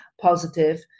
positive